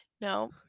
No